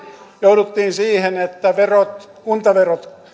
jouduttiin siihen että kuntaverot